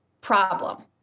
problem